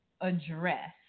address